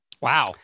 Wow